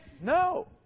no